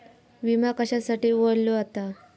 विमा कशासाठी उघडलो जाता?